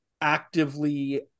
actively